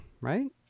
right